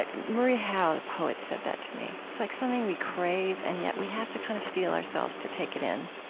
marie howe, the poet, said that to me. it's like something we crave, and yet we have to kind of steel ourselves to take it in.